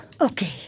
Okay